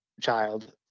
child